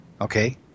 Okay